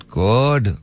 good